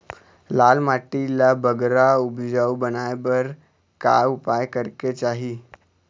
लाल माटी ला बगरा उपजाऊ बनाए बर का उपाय करेक चाही?